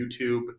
YouTube